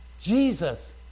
Jesus